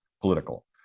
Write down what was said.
political